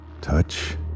Touch